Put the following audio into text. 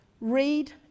Read